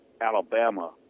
Alabama